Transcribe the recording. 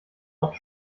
auf